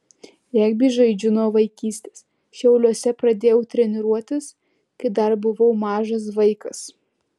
regbį žaidžiu nuo vaikystės šiauliuose pradėjau treniruotis kai dar buvau mažas vaikas